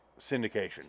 syndication